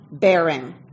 bearing